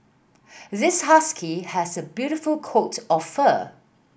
this husky has a beautiful coat of fur